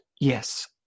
Yes